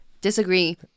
Disagree